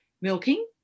milking